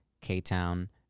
K-Town